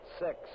six